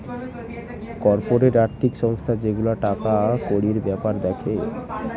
corporate আর্থিক সংস্থা যে গুলা টাকা কড়ির বেপার দ্যাখে